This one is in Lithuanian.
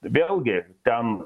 vėlgi ten